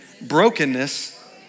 brokenness